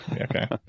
okay